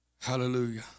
Hallelujah